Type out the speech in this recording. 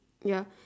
ya